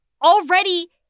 already